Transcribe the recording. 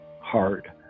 hard